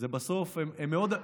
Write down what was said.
בסוף הם מאוד,